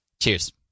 Cheers